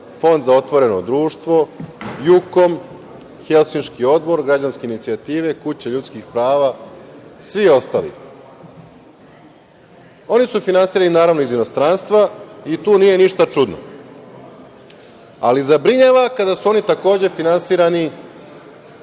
„Fond za otvoreno društvo“, „Jukom“, „Helsinški odbor“, „Građanske inicijative“, „Kuća ljudskih prava“ i svi ostali. Oni su finansirani naravno i iz inostranstva i tu nije ništa čudno. Ali zabrinjava kada su oni takođe finansirani